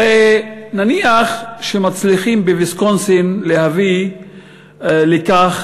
הרי נניח שמצליחים עם ויסקונסין להביא לכך